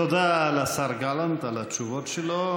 תודה לשר גלנט על התשובות שלו.